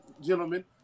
gentlemen